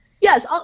Yes